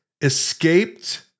escaped